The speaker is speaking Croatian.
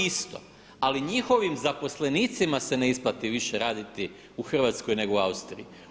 Ali njihovim zaposlenicima se ne isplati više raditi u Hrvatskoj nego u Austriji.